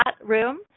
room